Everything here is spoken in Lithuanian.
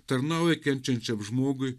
tarnauja kenčiančiam žmogui